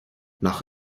nach